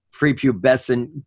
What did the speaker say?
prepubescent